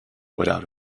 without